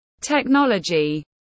technology